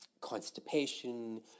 constipation